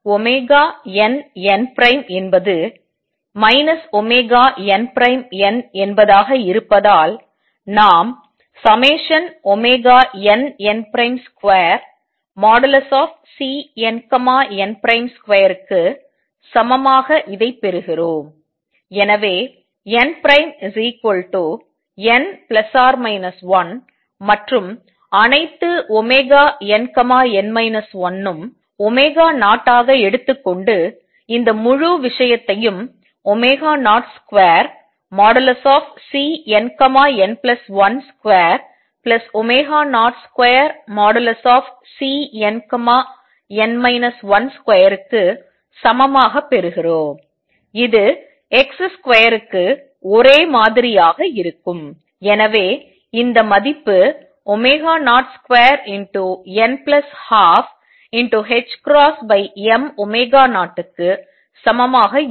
nn என்பது nn என்பதாக இருப்பதால் நாம் ∑nn2|Cnn |2 க்கு சமமாக இதைப் பெறுகிறோம் எனவே nn±1 மற்றும் அனைத்து nn 1 ம் 0 ஆக எடுத்துக்கொண்டு இந்த முழு விஷயத்தையும் 02|Cnn1 |202|Cnn 1 |2 க்கு சமமாக பெறுகிறோம் இது x2 க்கு ஒரே மாதிரியாக இருக்கும் எனவே இந்த மதிப்பு 02n12m0க்கு சமமாக இருக்கும்